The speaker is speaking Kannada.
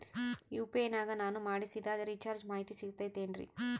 ಯು.ಪಿ.ಐ ನಾಗ ನಾನು ಮಾಡಿಸಿದ ರಿಚಾರ್ಜ್ ಮಾಹಿತಿ ಸಿಗುತೈತೇನ್ರಿ?